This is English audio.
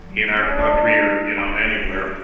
in our country or you know anywhere,